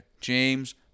James